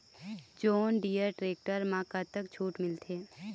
John Deere tractor म कतक छूट मिलथे?